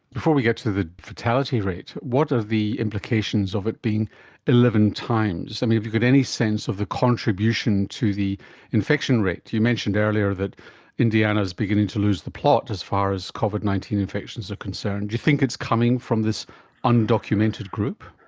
before we get to the fatality rate, what are the implications of it being eleven times? i mean, have you got any sense of the contribution to the infection rate? you mentioned earlier that indiana is beginning to lose the plot as far as covid nineteen infections are concerned, do you think it's coming from this undocumented group?